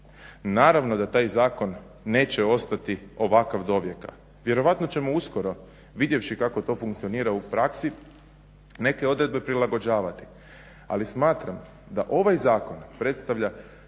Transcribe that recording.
Naravno da taj zakon neće ostati ovakav dovijeka. Vjerojatno ćemo uskoro vidjevši kako to funkcionira u praksi neke odredbe prilagođavati. Ali smatram da ovaj zakon predstavlja